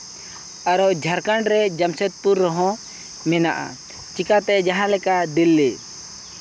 ᱟᱨ ᱡᱷᱟᱲᱠᱷᱚᱸᱰ ᱨᱮ ᱡᱟᱢᱥᱮᱫᱯᱩᱨ ᱨᱮᱦᱚᱸ ᱢᱮᱱᱟᱜᱼᱟ ᱪᱤᱠᱟᱹᱛᱮ ᱡᱟᱦᱟᱸ ᱞᱮᱠᱟ ᱫᱤᱞᱞᱤ